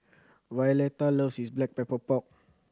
Violeta loves Black Pepper Pork